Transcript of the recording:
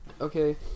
Okay